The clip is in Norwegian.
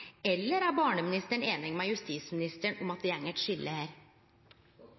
Eller er barneministeren einig med justisministeren i at det går eit skilje her?